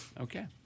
Okay